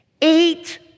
Eight